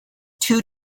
two